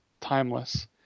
Timeless